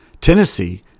Tennessee